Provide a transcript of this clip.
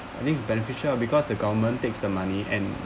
I think it's beneficial because the government takes the money and